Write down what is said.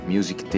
Music